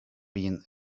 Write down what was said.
been